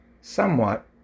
somewhat